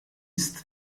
simson